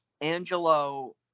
Angelo